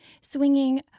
Swinging